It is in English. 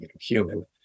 human